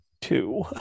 two